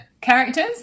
characters